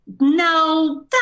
No